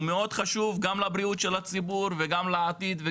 הוא מאוד חשוב גם לבריאות של הציבור וגם לעתיד.